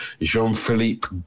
Jean-Philippe